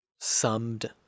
summed